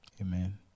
Amen